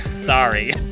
Sorry